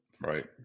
Right